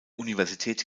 universität